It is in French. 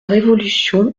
révolution